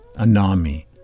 anami